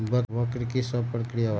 वक्र कि शव प्रकिया वा?